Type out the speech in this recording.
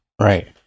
Right